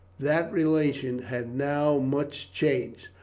that relation had now much changed.